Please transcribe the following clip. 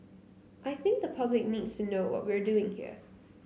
I think the public needs to know what we're doing here